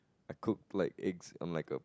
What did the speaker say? I cooked like eggs I'm like a